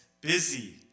busy